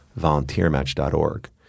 volunteermatch.org